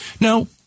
No